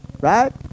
Right